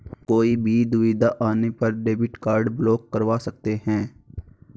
कोई भी दुविधा आने पर डेबिट कार्ड ब्लॉक करवा सकते है